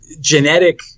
genetic